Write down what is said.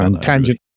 tangent